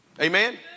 amen